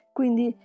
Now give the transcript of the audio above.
Quindi